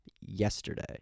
yesterday